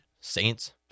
Saints